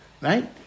Right